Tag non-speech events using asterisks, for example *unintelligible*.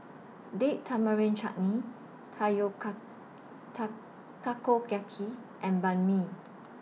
Date Tamarind Chutney *unintelligible* Takoyaki and Banh MI